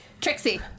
Trixie